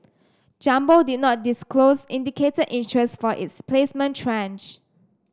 Jumbo did not disclose indicated interest for its placement tranche